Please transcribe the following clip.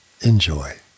Enjoy